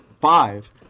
five